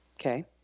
Okay